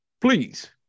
Please